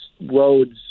roads